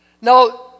Now